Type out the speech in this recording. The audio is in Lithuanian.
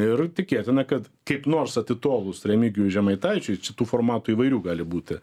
ir tikėtina kad kaip nors atitolus remigijui žemaitaičiui čia tų formatų įvairių gali būti